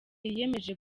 yiyemeje